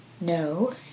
no